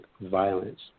violence